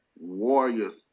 warriors